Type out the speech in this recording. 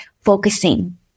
focusing